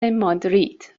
مادرید